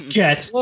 get